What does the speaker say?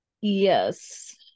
Yes